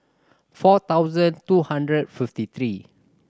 four thousand two hundred fifty three